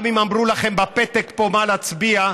גם אם אמרו לכם בפתק פה מה להצביע,